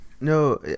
No